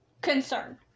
concern